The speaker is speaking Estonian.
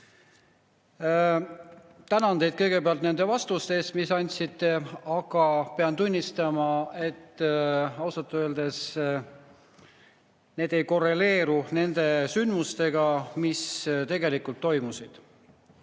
Tänan teid kõigepealt nende vastuste eest, mis te andsite, aga pean tunnistama, et ausalt öeldes need ei korreleeru nende sündmustega, mis tegelikult toimusid.